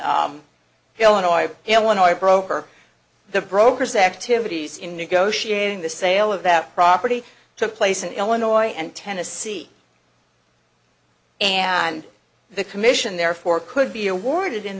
illinois illinois broker the broker's activities in negotiating the sale of that property took place in illinois and tennessee and the commission therefore could be awarded in